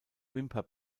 wimper